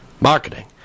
marketing